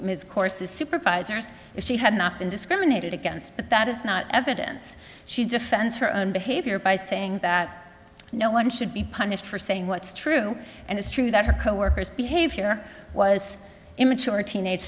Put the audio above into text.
ms course the supervisors if she had not been discriminated against but that is not evidence she defends her own behavior by saying that no one should be punished for saying what's true and it's true that her coworkers behavior was immature teenage